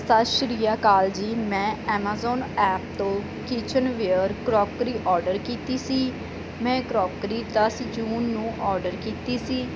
ਸਤਿ ਸ਼੍ਰੀ ਅਕਾਲ ਜੀ ਮੈਂ Amazon app ਤੋਂ ਕਿਚਨਵੀਅਰ ਕਰੋਕਰੀ ਆਰਡਰ ਕੀਤੀ ਸੀ ਮੈਂ ਕਰੋਕਰੀ ਦਸ ਜੂਨ ਨੂੰ ਆਰਡਰ ਕੀਤੀ ਸੀ